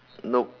nope